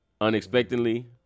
unexpectedly